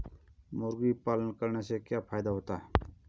मुर्गी पालन करने से क्या फायदा होता है?